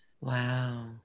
Wow